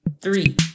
Three